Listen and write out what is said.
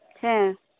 ᱦᱮᱸ